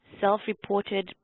self-reported